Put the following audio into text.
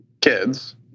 kids